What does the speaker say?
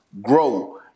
grow